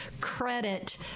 credit